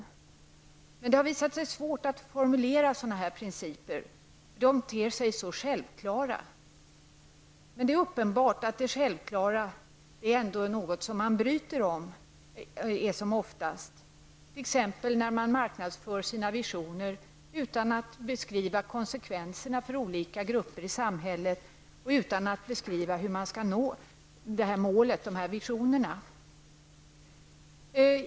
Det har emellertid visat sig vara svårt att formulera sådana här principer -- de ter sig så självklara. Men det är uppenbart att det självklara ändå är någonting som man bryter mot esomoftast, t.ex. när man marknadsför sina visioner utan att beskriva konsekvenserna för olika grupper i samhället och utan att beskriva hur målet och visionerna skall förverkligas.